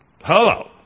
Hello